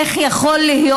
איך יכול להיות,